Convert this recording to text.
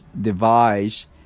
device